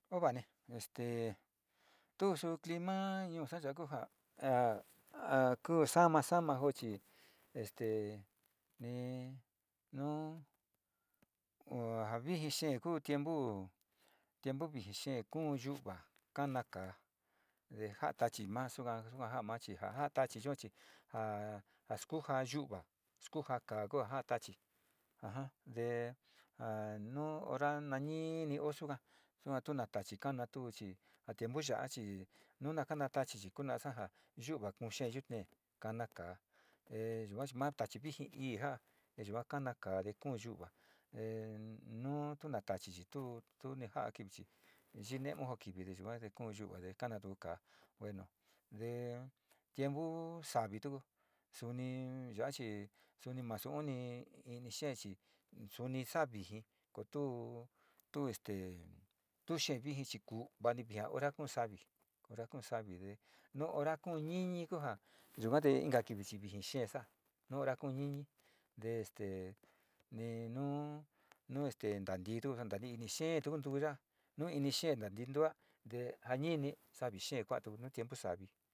Ya va'ani este tu suu chima ñuusa ya'a kuu ja, a, a kuu saama jo chi este ni nu ja vijii xee ku tiempu, tiempu vijii xee te kuu yu'uva kama ka'a ja'a tachi ma suka kua ma chi, ja, ja tachi ja, jaa te nu hora na niii o yuka yua tu na tachi kana, tu chi ja tiempu ya'a chii nuna kana tachi kunaasa ia yuuva kuu xee te kana kaa yua maa tachi viji ii ja'a te yua kana ka'a te kuu yu'uva e nutuna tachi chi tuu, tu ja'a kivi chi yii memo kivi te yua te kuu yu'uva te kana tu kaa, bueno tiempu savi tusu suni ya'a chi suni masu uni ini xee chi suni sa'a viji kotu este xee viji chi kuu va'ani hora kuu savi hora kuu savi te nu hora kuu niñi kuu ja sukate inka kivi chi vijii xee saa nu hora kuu niñi te este ni nu este ntatiitu ni'ini xee tugo saa, nu ini xee tu ndi ntua te a ini ya viji xee kua tugo tiempo savi in uni kuu docena yua te kuankoyosa magdalena kuaa ka xikosa te kajaasa ja ku, ku gastu semana ka kusa sukani nika kuusa ko ja vita chi una hora kixisa, una hora te nu, nu, sunu o in salida kisa in, ja kixisa iñu uxa hora ka suka ora ku ja kixisa vinu nava tu, chi na ma kususa te inka kivi tu o va inisa to ka'a kasa staa mani este kuenta tu kiji chii saña, nasa kaasa chiña kijii nu nakusu vaasa vina te ona'a chi tu na kue'e nto'o sa chi suga ki'iiña kue'e, vina nu maa kuusu ka'asa yua te inka kivi chi to'o jaasa staate tu tova inisa satinusa tova sa'aja suga nu ma kusu vaosa te vinachi kixi va'asate yua te oo va'a iniso sukani ka'asa.